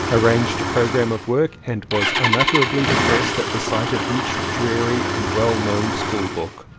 arranged a programme of work and was unutterably depressed at the sight of each dreary and well-known school book.